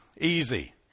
Easy